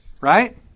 right